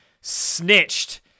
snitched